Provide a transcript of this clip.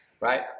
right